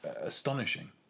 astonishing